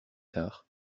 tard